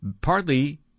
partly